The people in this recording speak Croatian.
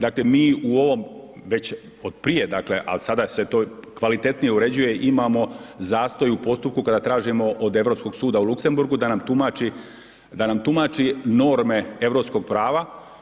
Dakle mi u ovom već od prije dakle ali sada se to kvalitetnije uređuje imamo zastoj u postupku kada tražimo od Europskog suda u Luksemburgu da nam tumači norme europskog prava.